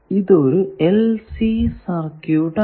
ഇതൊരു LC circuit ആണ്